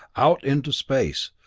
out into space,